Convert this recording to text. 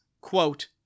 quote